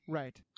right